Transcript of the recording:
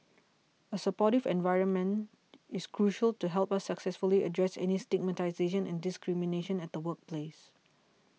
a supportive environment is crucial to help us successfully address any stigmatisation and discrimination at the workplace